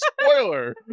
spoiler